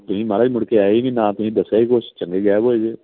ਤੁਸੀਂ ਮਹਾਰਾਜ ਮੁੜ ਕੇ ਆਏ ਹੀ ਨਹੀਂ ਨਾ ਤੁਸੀਂ ਦੱਸਿਆ ਹੀ ਕੁਛ ਚੰਗੇ ਗਾਇਬ ਹੋਏ ਜੇ